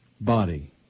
body